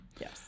Yes